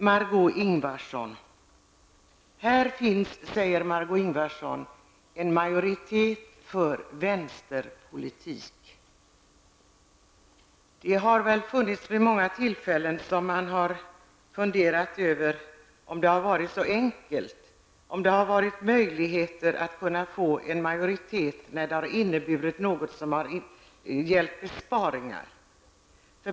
Margó Ingvardsson sade att här finns en majoritet för vänsterpolitik. Jag vill då säga att det vid många tillfällen nog har varit så, att man har funderat över om det har varit särskilt enkelt eller om det över huvud taget har funnits någon möjlighet att uppnå majoritet när det har handlat om besparingar.